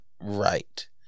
right